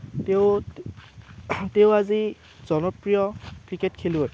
তেওঁ তেওঁ আজি জনপ্ৰিয় ক্ৰিকেট খেলুৱৈ